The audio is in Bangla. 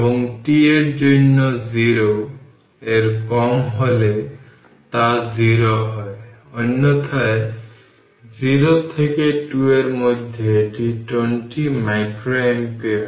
এখন 4 মাইক্রোফ্যারাড 6 মাইক্রোফ্যারাড এবং 20 মাইক্রোফ্যারাড ক্যাপাসিটরের সাথে প্যারালাল ভাবে এখানে লেখা আছে এবং তাদের কম্বাইন্ড 30 মাইক্রোফ্যারাড যোগ করা হবে এখন 60 মাইক্রোফ্যারাড ক্যাপাসিটরের সাথে সিরিজে 30 মাইক্রোফ্যারাড ক্যাপাসিটর